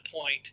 point